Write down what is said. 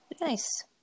Nice